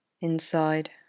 Inside